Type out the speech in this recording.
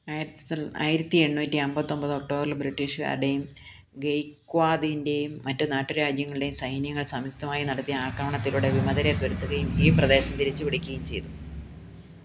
ആയിരത്തി ആയിരത്തി എണ്ണൂറ്റി അമ്പത്തൊമ്പത് ഒക്ടോബറിൽ ബ്രിട്ടീഷുകാരുടെയും ഗെയ്ക്ക്വാദിന്റെയും മറ്റ് നാട്ടുരാജ്യങ്ങളുടെയും സൈന്യങ്ങള് സംയുക്തമായി നടത്തിയ ആക്രമണത്തിലൂടെ വിമതരെ തുരത്തുകയും ഈ പ്രദേശം തിരിച്ചുപിടിക്കുകയും ചെയ്തു